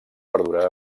perdura